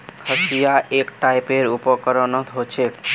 हंसिआ एक टाइपेर उपकरण ह छेक